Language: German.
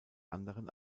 anderen